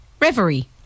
Reverie